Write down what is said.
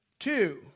Two